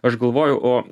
aš galvoju o